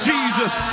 Jesus